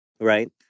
right